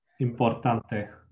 importante